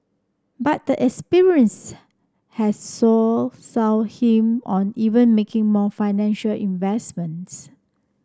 but the experience has him on even making more financial investments